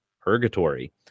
purgatory